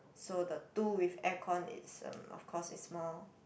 so the two with aircon it's um of course it's more